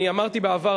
אני אמרתי בעבר,